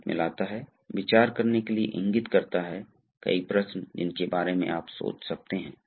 हम अगले व्याख्यान में भाग लेंगे इसलिए अब हम पाठ समीक्षा पर आते हैं